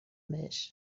بهش